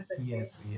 yes